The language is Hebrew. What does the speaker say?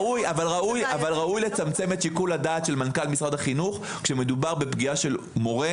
ראוי לצמצם את שיקול הדעת של מנכ"ל משרד החינוך כשמדובר בפגיעה של מורה,